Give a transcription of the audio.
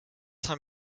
time